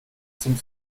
zum